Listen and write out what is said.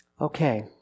Okay